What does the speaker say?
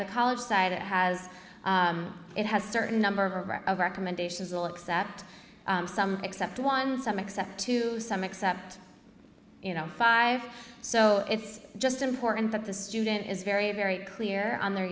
the college side it has it has a certain number of recommendations will accept some accept one some accept to some accept you know five so it's just important that the student is very very clear on their